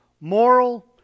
moral